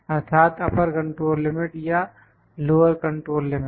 अर्थात upper control limit या lower control limit